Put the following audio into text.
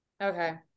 okay